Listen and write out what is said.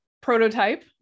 prototype